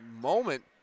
moment